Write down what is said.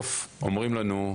כשבסוף אומרים לנו: